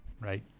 right